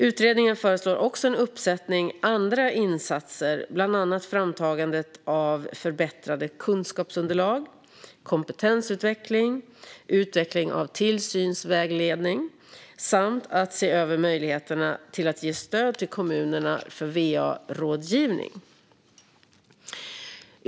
Utredningen föreslår också en uppsättning andra insatser, bland annat framtagande av förbättrade kunskapsunderlag, kompetensutveckling, utveckling av tillsynsvägledning samt att se över möjligheterna för att ge stöd till kommunerna för va-rådgivning.